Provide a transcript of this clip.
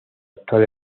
actual